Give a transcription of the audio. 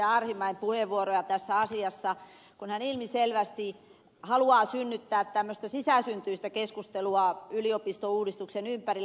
arhinmäen puheenvuoroja tässä asiassa kun hän ilmiselvästi haluaa synnyttää tämmöistä sisäsyntyistä keskustelua yliopistouudistuksen ympärillä